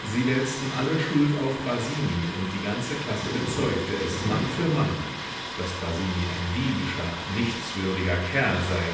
sie wälzten alle schuld auf basini und die ganze klasse bezeugte es mann für mann daß basini ein diebischer nichtswürdiger kerl sei